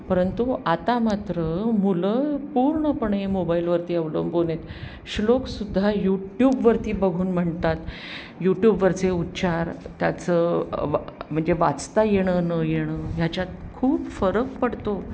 परंतु आता मात्र मुलं पूर्णपणे मोबाईलवरती अवलंबून आहेत श्लोकसुद्धा यूट्यूबवरती बघून म्हणतात यूट्यूबवरचे उच्चार त्याचं वा म्हणजे वाचता येणं न येणं ह्याच्यात खूप फरक पडतो